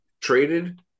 traded